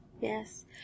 Yes